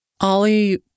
Ollie